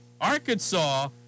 Arkansas